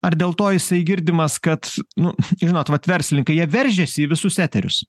ar dėl to jisai girdimas kad nu žinot vat verslininkai jie veržiasi į visus eterius